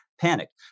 panicked